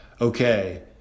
okay